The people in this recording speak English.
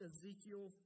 Ezekiel